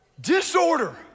Disorder